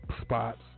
spots